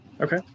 Okay